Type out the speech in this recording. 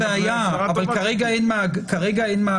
אין בעיה, אבל כרגע אין מאגר.